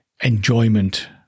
Enjoyment